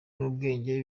n’ubwenge